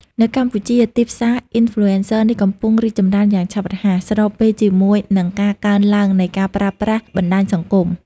នៅកម្ពុជា ទីផ្សារ Influencer នេះកំពុងរីកចម្រើនយ៉ាងឆាប់រហ័ស ស្របពេលជាមួយនឹងការកើនឡើងនៃការប្រើប្រាស់បណ្តាញសង្គម។